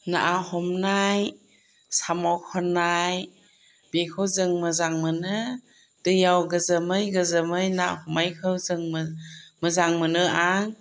ना हमनाय साम' खननाय बेखौ जों मोजां मोनो दैयाव गोजोमै गोजोमै ना हमनायखौ मोजां मोनो आं